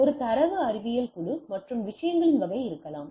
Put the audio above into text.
ஒரு தரவு அறிவியல் குழு மற்றும் விஷயங்களின் வகை இருக்கலாம்